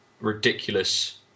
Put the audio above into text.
ridiculous